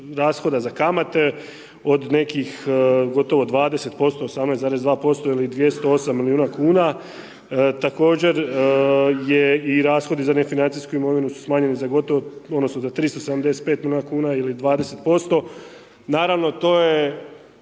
od nekih gotovo 20 %, 18,2% ili 208 milijuna kn, također je i rashodi za nefinancijsku imovinu su smanjeni za gotovo, odnosno, za 375 milijuna kn ili 20%. Naravno to je